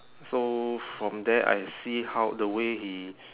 so from there I see how the way he